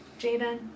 Jaden